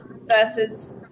versus